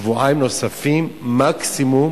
שבועיים נוספים מקסימום,